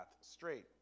straight